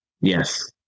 Yes